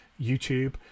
youtube